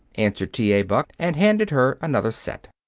answered t. a. buck, and handed her another set.